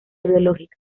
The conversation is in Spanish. biológica